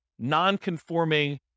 non-conforming